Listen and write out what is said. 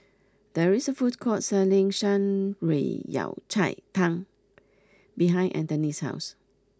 there is a food court selling Shan Rui Yao Cai Tang behind Antony's house